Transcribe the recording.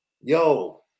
Yo